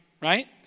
right